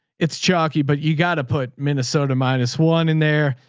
it's chalky, but you gotta put minnesota minus one in there.